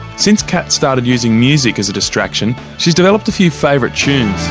since kat started using music as a distraction, she's developed a few favourite tunes.